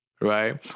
right